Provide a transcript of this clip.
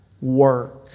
work